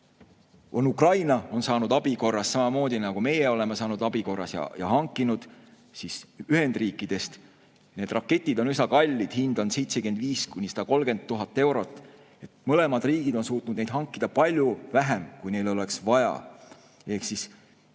on Ukraina saanud abi korras, samamoodi nagu meie oleme need saanud abi korras, hankinud need Ühendriikidest. Need raketid on üsna kallid, hind on 75 000 – 130 000 eurot. Mõlemad riigid on suutnud neid hankida palju vähem, kui oleks vaja. Ehk see